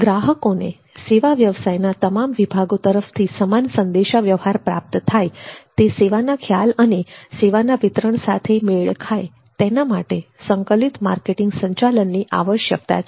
ગ્રાહકોને સેવા વ્યવસાયના તમામ વિભાગો તરફથી સમાન સંદેશાવ્યવહાર પ્રાપ્ત થાય તે સેવાના ખ્યાલ અને સેવાના વિતરણ સાથે મેળ ખાય તેના માટે સંકલિત માર્કેટીંગ સંચાલનની આવશ્યકતા છે